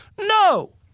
No